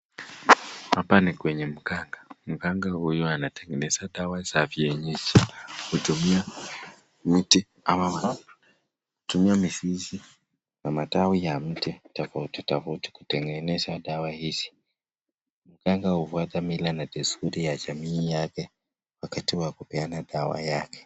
Hapa ni kwenye mganga mganga huyu anatengeneza dawa za vienyeji kutumia miti ama kutumia mizizi na matawi ya miti tofauti tofauti kutengeneza dawa hizi. Mganga hufuata mila na desturi ya jamii yake wakati wa kupeana dawa yake.